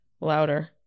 louder